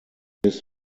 this